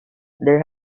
there